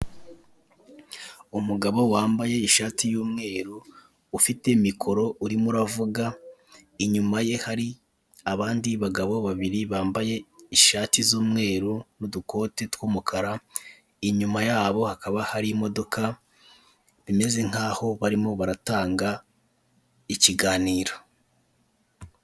Umugabo wambaye ishati y'umweru ufite mikoro urimo uravuga, inyuma ye hari abandi bagabo babiri bambaye ishati z'umweru n'udukoti tw'umukara, inyuma yabo hakaba hari imodoka bimeze nkaho barimo baratanga ikiganiro.